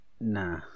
Nah